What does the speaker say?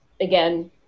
again